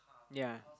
ya